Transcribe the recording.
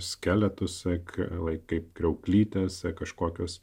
skeletus ak vaikai kriauklytės kažkokios